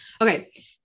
Okay